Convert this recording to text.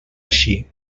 així